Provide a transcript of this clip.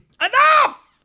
enough